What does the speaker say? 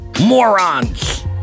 Morons